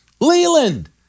Leland